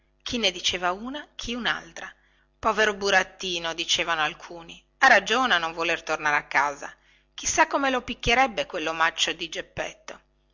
chi ne diceva una chi unaltra povero burattino dicevano alcuni ha ragione a non voler tornare a casa chi lo sa come lo picchierebbe quellomaccio di geppetto